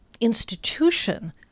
institution